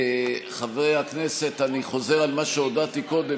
חברי הכנסת, אני חוזר על מה שהודעתי קודם.